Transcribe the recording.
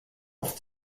auf